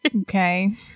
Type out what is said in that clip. Okay